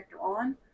on